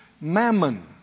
Mammon